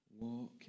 Walk